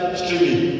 streaming